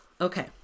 okay